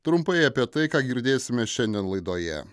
trumpai apie tai ką girdėsime šiandien laidoje